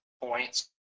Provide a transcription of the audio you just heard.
points